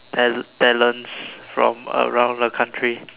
ta~ talents from around the country